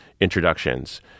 introductions